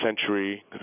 century